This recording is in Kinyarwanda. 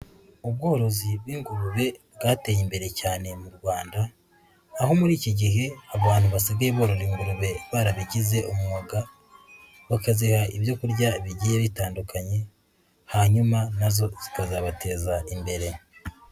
Ubworozi bw'ingurube bwateye imbere cyane mu Rwanda, aho muri iki gihe abantu basigaye borora ingurube barabigize umwuga, bakaziha ibyo kurya bigiye bitandukanye hanyuma nazo zikazabateza imbere.